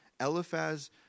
Eliphaz